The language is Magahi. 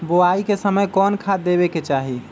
बोआई के समय कौन खाद देवे के चाही?